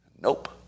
Nope